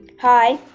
Hi